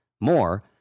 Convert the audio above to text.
More